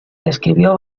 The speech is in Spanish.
describió